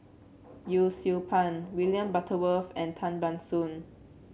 Yee Siew Pun William Butterworth and Tan Ban Soon